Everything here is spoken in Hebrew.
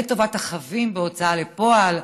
לטובת החבים בהוצאה לפועל,